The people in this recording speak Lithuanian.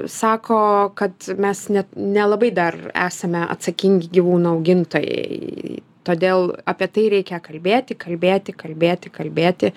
sako kad mes net nelabai dar esame atsakingi gyvūnų augintojai todėl apie tai reikia kalbėti kalbėti kalbėti kalbėti